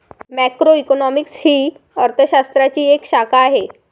macroeconomics ही अर्थ शास्त्राची एक शाखा आहे